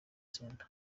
centre